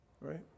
Right